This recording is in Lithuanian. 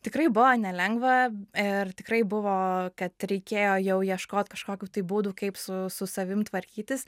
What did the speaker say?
tikrai buvo nelengva ir tikrai buvo kad reikėjo jau ieškot kažkokių tai būdų kaip su su savim tvarkytis